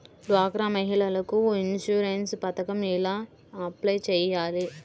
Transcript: డ్వాక్రా మహిళలకు ఇన్సూరెన్స్ పథకం ఎలా అప్లై చెయ్యాలి?